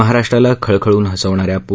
महाराष्ट्राला खळखळून हसवणाऱ्या पू